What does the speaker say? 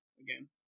again